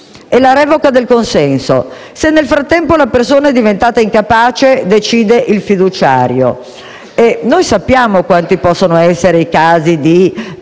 E la revoca del consenso? Se nel frattempo la persona è diventata incapace, decide il fiduciario. Sappiamo quanti possono essere i casi di